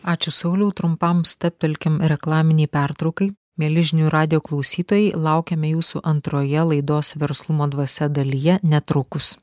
ačiū sauliau trumpam stabtelkim reklaminei pertraukai mieli žinių radijo klausytojai laukiame jūsų antroje laidos verslumo dvasia dalyje netrukus